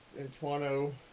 Antoine